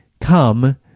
come